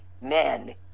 men